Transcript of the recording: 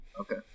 Okay